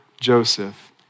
Joseph